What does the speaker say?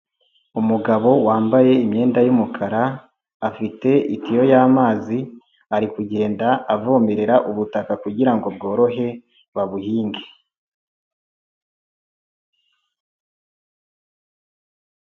Umugabo wambaye imyenda y'umukara, afite itiyo y'amazi ari kugenda avomerera ubutaka kugirango bworohe babuhinge.